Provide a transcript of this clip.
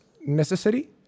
necessary